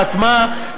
בהטמעה,